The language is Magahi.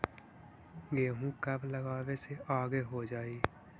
गेहूं कब लगावे से आगे हो जाई?